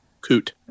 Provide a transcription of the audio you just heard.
Coot